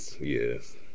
Yes